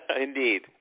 Indeed